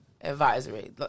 advisory